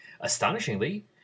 astonishingly